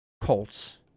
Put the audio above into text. Colts